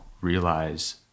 realize